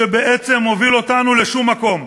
שבעצם מוביל אותנו לשום מקום.